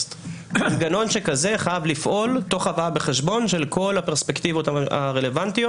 מנגנון שכזה חייב לפעול תוך הבאה בחשבון של כל הפרספקטיבות הרלוונטיות: